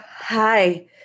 Hi